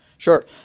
Sure